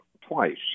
twice